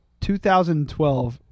2012